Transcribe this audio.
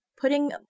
putting